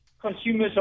consumers